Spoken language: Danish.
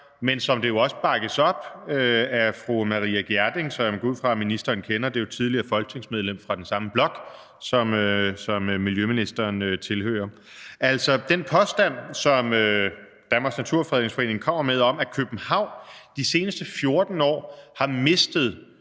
men som jo også bakkes op af fru Maria Reumert Gjerding, som jeg går ud fra ministeren kender; det er jo et tidligere folketingsmedlem fra den samme blok, som miljøministeren tilhører. Det gælder den påstand, som Danmarks Naturfredningsforening kommer med, om, at København de seneste 10 år har mistet